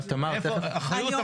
אחריות,